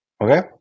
okay